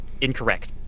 incorrect